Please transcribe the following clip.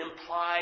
implied